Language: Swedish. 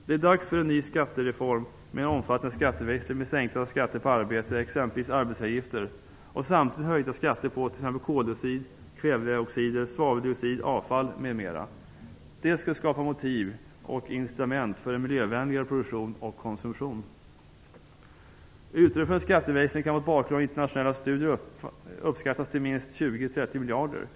Det är dags för en ny skattereform med en omfattande skatteväxling med sänkta skatter på arbete, exempelvis arbetsgivaravgifter, och samtidigt höjda skatter på t.ex. koldioxid, kväveoxider, svaveldioxid, avfall, m.m. Det skulle skapa motiv och incitament för en miljövänligare produktion och konsumtion. Utrymmet för en skatteväxling kan mot bakgrund av internationella studier uppskattas till minst 20-30 miljarder kronor.